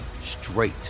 straight